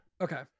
Okay